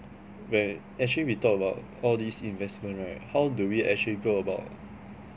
when actually we talk about all these investment right how do we actually go about